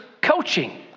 coaching